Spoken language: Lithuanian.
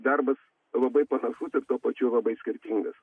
darbas labai panašus ir tuo pačiu labai skirtingas